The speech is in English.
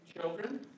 children